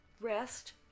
rest